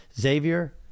Xavier